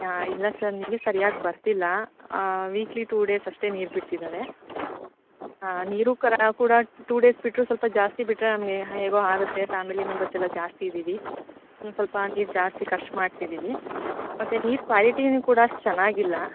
ಹಾಂ ಇಲ್ಲ ಸರ್ ನೀರು ಸರಿಯಾಗಿ ಬರ್ತಿಲ್ಲ ವೀಕ್ಲಿ ಟು ಡೇಸ್ ಅಷ್ಟೇ ನೀರು ಬಿಡ್ತಿದ್ದಾರೆ ಹಾಂ ನೀರು ಕರಾ ಕೂಡ ಟೂ ಡೇಸ್ ಬಿಟ್ಟರೂ ಸ್ವಲ್ಪ ಜಾಸ್ತಿ ಬಿಟ್ಟರೆ ನಮಗೆ ಹೇಗೋ ಆಗುತ್ತೆ ಫ್ಯಾಮಿಲಿ ಮೆಂಬರ್ಸ್ ಎಲ್ಲ ಜಾಸ್ತಿ ಇದ್ದೀವಿ ಇನ್ನೊಂದು ಸ್ವಲ್ಪ ನೀರು ಜಾಸ್ತಿ ಖರ್ಚು ಮಾಡ್ತಿದ್ದೀವಿ ಮತ್ತು ನೀರು ಕ್ವಾಲಿಟಿನೂ ಕೂಡ ಅಷ್ಟು ಚೆನ್ನಾಗಿಲ್ಲ